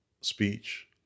speech